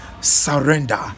surrender